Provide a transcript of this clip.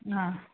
ಹಾಂ